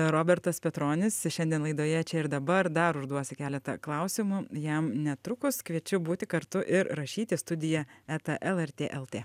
robertas petronis šiandien laidoje čia ir dabar dar užduosiu keletą klausimų jam netrukus kviečiu būti kartu ir rašyti studija eta lrt lt